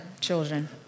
children